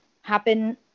happen